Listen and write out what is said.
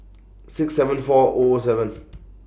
six seven four O O seven